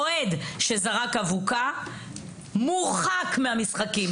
אוהד שזורק אבוקה צריך להיות מורחק מהמשחקים,